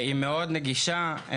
היא נגישה מאוד,